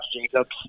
Jacobs